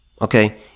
okay